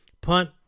punt